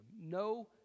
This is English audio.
No